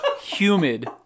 humid